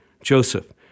Joseph